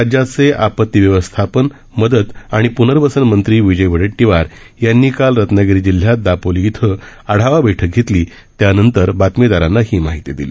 राज्याचे आपती व्यवस्थापन मदत आणि पूनर्वसन मंत्री विजय वडेटटीवार यांनी काल रत्नागिरी जिल्ह्यात दापोली इथं आढावा बैठक घेतली त्यानंतर बातमीदाराना ही माहिती दिली